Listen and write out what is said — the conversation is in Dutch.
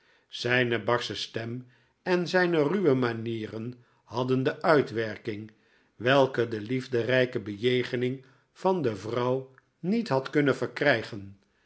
zijne barsche stem en zijne ruwe manieren hadden de uitwerking welke de liefderijke bejegening van de vrouw niet had kunnen verkrijgen